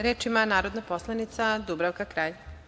Reč ima narodna poslanica Dubravka Kralj.